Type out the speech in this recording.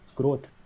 growth